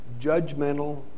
judgmental